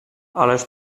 ależ